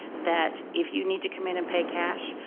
that if you need to come in and pay cash,